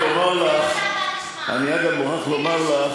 לומר לך,